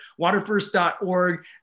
waterfirst.org